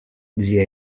zia